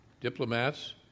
diplomats